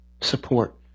support